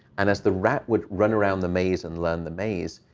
and as the rat would run around the maze and learn the maze,